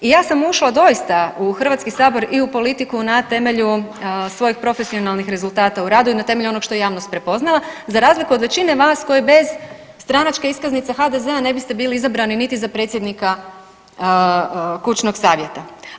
I ja sam ušla doista u Hrvatski sabor i u politiku na temelju svojih profesionalnih rezultata u radu i na temelju onog što je javnost prepoznala za razliku od većine vas koji bez stranačke iskaznice HDZ-a ne biste bili izabrani niti za predsjednika kućnog savjeta.